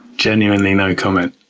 genuinely no comment.